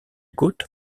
côte